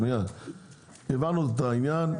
הבנו את העניין,